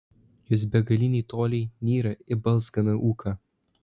jos begaliniai toliai nyra į balzganą ūką